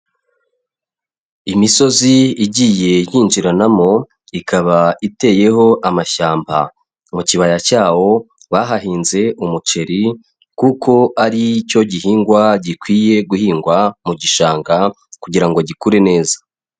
Imisozi igiye yinjiranamo ikaba iteyeho amashyamba, mu kibaya cyawo bahahinze umuceri kuko ari cyo gihingwa gikwiye guhingwa mu gishanga kugira ngo gikure neza.